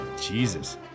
Jesus